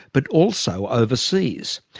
but also overseas.